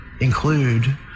include